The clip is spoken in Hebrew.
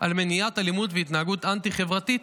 על מניעת אלימות והתנהגות אנטי-חברתית